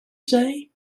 say